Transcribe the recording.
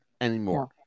anymore